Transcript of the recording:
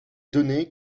données